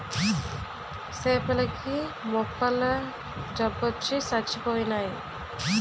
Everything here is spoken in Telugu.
సేపల కి మొప్పల జబ్బొచ్చి సచ్చిపోయినాయి